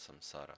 samsara